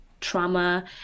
trauma